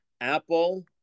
Apple